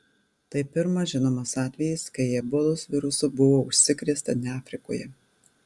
tai pirmas žinomas atvejis kai ebolos virusu buvo užsikrėsta ne afrikoje